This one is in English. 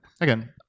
Again